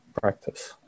practice